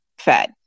fed